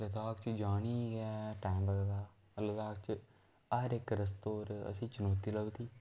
लद्दाख च जाने गै टैम लगदा लद्दाख च हर इक रस्ते उप्पर असेंई चनौती लभदी